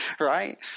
right